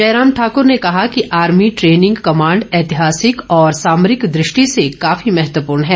जयराम ठाक्र ने कहा कि आर्मी ट्रेनिंग कमांड ऐतिहासिक और सामरिक दृष्टि से काफी महत्वपूर्ण है